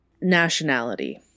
Nationality